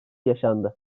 yaşandı